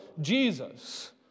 Jesus